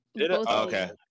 Okay